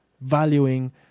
Valuing